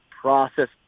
process